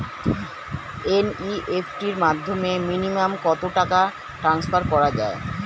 NEFT র মাধ্যমে minimum কত টাকা টান্সফার করা যায়?